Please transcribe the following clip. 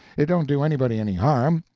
it don't do anybody any harm,